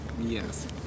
Yes